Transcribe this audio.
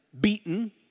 beaten